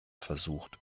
versucht